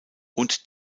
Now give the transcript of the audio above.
und